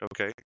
okay